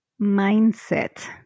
mindset